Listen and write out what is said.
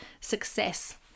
success